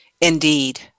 indeed